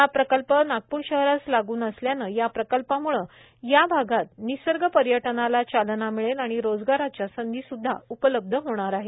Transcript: हा प्रकल्प नागपूर शहरास लागुन असल्याने या प्रकल्पामुळे या भागात निसर्ग पर्यटनाला चालना मिळेल आणि रोजगाराच्या संधी सुद्धा उपलब्ध होणार आहेत